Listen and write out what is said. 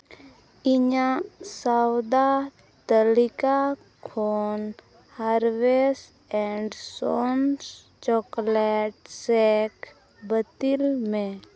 ᱤᱧᱟᱹᱜ ᱥᱚᱣᱫᱟ ᱛᱟᱹᱞᱤᱠᱟ ᱠᱷᱚᱱ harvest and sons chocolate shake bottle ᱢᱮ